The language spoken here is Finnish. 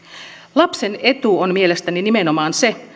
lapsen etu on mielestäni nimenomaan se